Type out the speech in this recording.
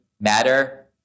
matter